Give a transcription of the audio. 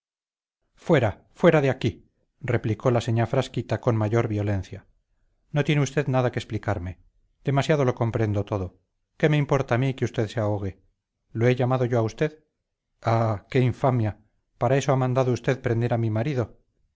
fuera fuera de aquí replicó la señá frasquita con mayor violencia no tiene usted nada que explicarme demasiado lo comprendo todo qué me importa a mí que usted se ahogue lo he llamado yo a usted ah qué infamia para esto ha mandado usted prender a mi marido